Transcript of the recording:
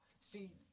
See